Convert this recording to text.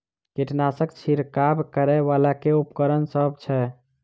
कीटनासक छिरकाब करै वला केँ उपकरण सब छै?